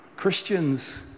Christians